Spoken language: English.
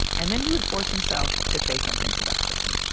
and then he would force himself to say something to that person.